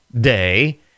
Day